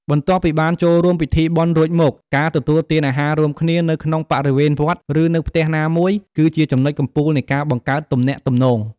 បន្ទាប់ពីបានចូលរួមពិធីបុណ្យរួចមក ការទទួលទាន អាហាររួមគ្នា នៅក្នុងបរិវេណវត្ត ឬនៅផ្ទះណាមួយ គឺជាចំណុចកំពូលនៃការបង្កើតទំនាក់ទំនង។